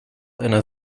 einer